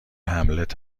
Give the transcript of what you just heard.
هملت